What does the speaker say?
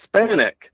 hispanic